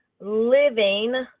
Living